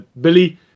Billy